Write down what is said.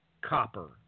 copper